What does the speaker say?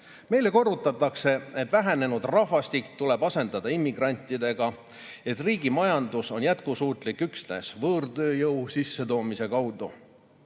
Meile korrutatakse, et vähenenud rahvastik tuleb asendada immigrantidega ja et riigi majandus on jätkusuutlik üksnes võõrtööjõu sissetoomise abil.